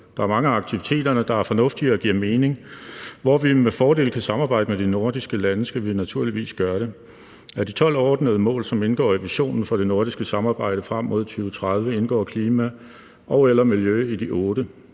Der er mange af aktiviteterne, der er fornuftige og giver mening, for hvor vi med fordel kan samarbejde i de nordiske lande, skal vi naturligvis gøre det. Af de 12 overordnede mål, som indgår i visionen for det nordiske samarbejde frem mod 2030, indgår klima og/eller miljø i de 8.